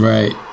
Right